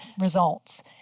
results